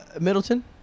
Middleton